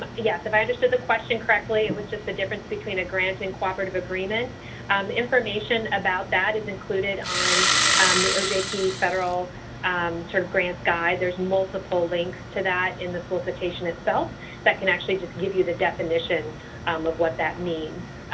ah yes. if i understood the question correctly, it was just the difference between a grant and cooperative agreement. the information about that is included on the ojp federal sort of grants guide. there's multiple links to that in the solicitation itself that can actually just give you the definition um of what that means.